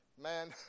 man